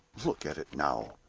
look at it now!